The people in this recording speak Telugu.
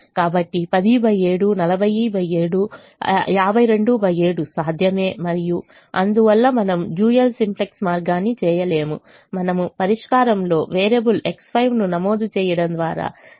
కాబట్టి 107 407 527 సాధ్యమే మరియు అందువల్ల మనము డ్యూయల్ సింప్లెక్స్ మార్గాన్ని చేయలేము మనము పరిష్కారంలో వేరియబుల్ X5 ను నమోదు చేయడం ద్వారా సింప్లెక్స్ మార్గాన్ని మాత్రమే చేస్తాము